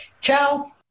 Ciao